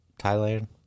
Thailand